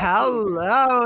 Hello